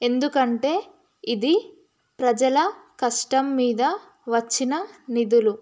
ఎందుకంటే ఇది ప్రజల కష్టం మీద వచ్చిన నిధులు